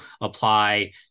apply